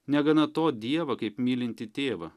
negana to dievą kaip mylintį tėvą